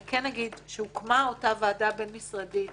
אני כן אגיד שהוקמה אותה ועדה בין-משרדית